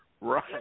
right